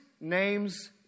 name's